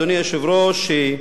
אדוני היושב-ראש,